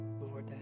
Lord